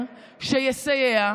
היושב-ראש,